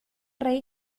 ray